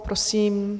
Prosím.